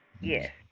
yes